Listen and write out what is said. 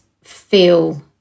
feel